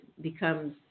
becomes